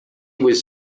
was